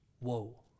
Whoa